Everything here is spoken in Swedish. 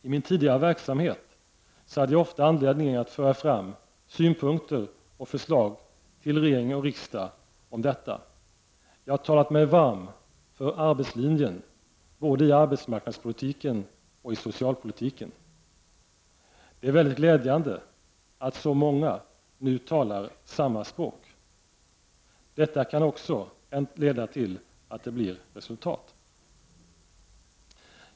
I min tidigare verksamhet hade jag ofta anledning att föra fram synpunkter och förslag till regering och riksdag om detta. Jag har talat mig varm för arbetslinjen både i arbetsmarknadspolitiken och i socialpolitiken. Det är glädjande att så många nu talar samma språk. Detta kan också leda till att det blir resultat.